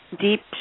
deep